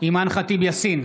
אימאן ח'טיב יאסין,